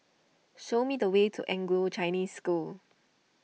show me the way to Anglo Chinese School